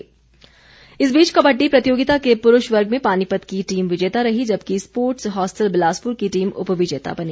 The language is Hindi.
शुलिनी कबड़डी इस बीच कबड्डी प्रतियोगिता के पुरूष वर्ग में पानीपत की टीम विजेता रही जबकि स्पोर्टस हॉस्टल बिलासपुर की टीम उपविजेता बनी